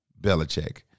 Belichick